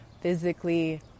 physically